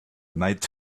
night